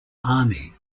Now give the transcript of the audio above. army